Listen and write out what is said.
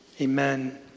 Amen